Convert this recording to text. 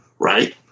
right